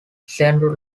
central